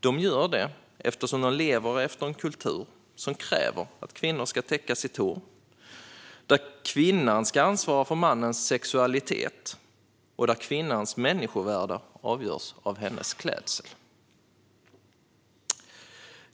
De gör det eftersom de lever enligt en kultur där man kräver att kvinnor ska täcka sitt hår, där kvinnan ansvarar för mannens sexualitet och där kvinnans människovärde avgörs av hennes klädsel.